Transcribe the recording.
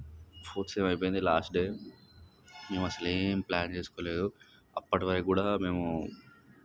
fourth sem అయిపోయింది last day మేము అసలేం ప్లాన్ చేస్కోలేదు అప్పటివరకు కూడా మేము